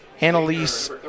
Annalise